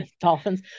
dolphins